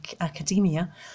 academia